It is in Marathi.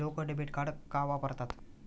लोक डेबिट कार्ड का वापरतात?